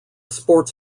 sports